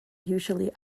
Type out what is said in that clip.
usually